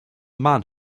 man